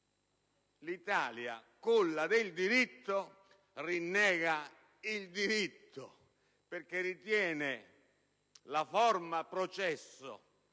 L'Italia, culla del diritto, rinnega il diritto, perché ritiene la forma del processo